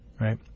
right